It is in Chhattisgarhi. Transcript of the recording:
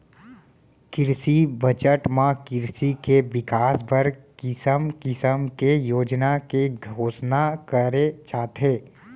किरसी बजट म किरसी के बिकास बर किसम किसम के योजना के घोसना करे जाथे